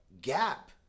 gap